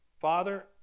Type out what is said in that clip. Father